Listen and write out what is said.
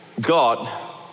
God